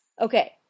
Okay